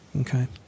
Okay